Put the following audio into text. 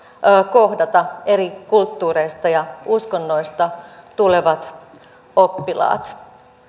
kohdata eri kulttuureista ja uskonnoista tulevat oppilaat